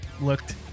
looked